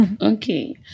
Okay